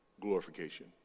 glorification